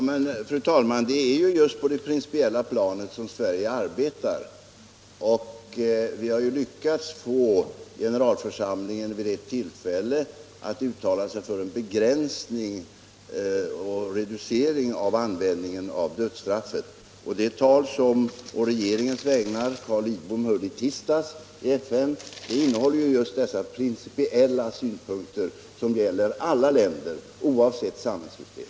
Fru talman! Det är ju just på det principiella planet som Sverige arbetar. Vi har lyckats få generalförsamlingen att vid ett tillfälle uttala sig för en begränsning och en reducering av användningen av dödsstraffet. Det tal som statsrådet Carl Lidbom å regeringens vägnar höll i tisdags i FN innehåller just dessa principiella synpunkter som gäller alla länder oavsett samhällssystem.